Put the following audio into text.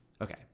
okay